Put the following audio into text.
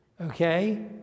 okay